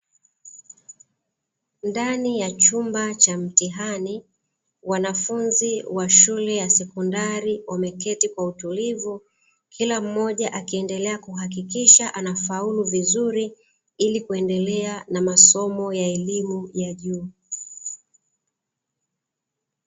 Ndani ya chumba cha mtihani wanafunzi wa shule ya sekondari wameketi kwa utulivu, kila mmoja akiendelea kuhakikisha anafaulu vizuri ili kuendelea na masomo ya elimu ya juu.